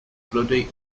bloody